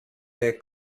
their